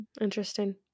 Interesting